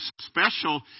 special